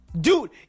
Dude